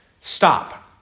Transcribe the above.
stop